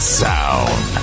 sound